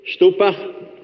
Stupa